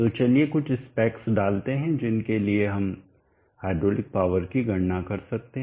तो चलिए कुछ स्पेक्स डालते हैं जिनके लिए हम हाइड्रोलिक पावर की गणना कर सकते हैं